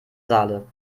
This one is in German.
saale